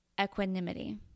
equanimity